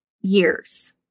years